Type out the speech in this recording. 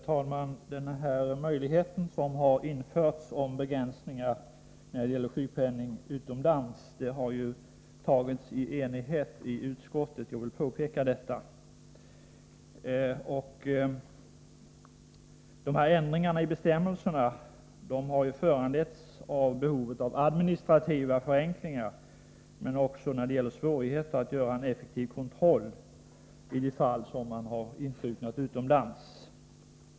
Herr talman! Den möjlighet som har införts när det gäller att göra begränsningar i sjukpenningen vid vistelse utomlands har tillstyrkts av ett enigt utskott. Jag vill påpeka detta. Ändringarna i bestämmelserna har föranletts av behov av administrativa förenklingar, men också av svårigheterna att göra en effektiv kontroll vid fall av insjuknande utomlands.